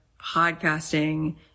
podcasting